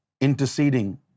interceding